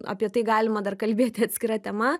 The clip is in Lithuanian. apie tai galima dar kalbėti atskira tema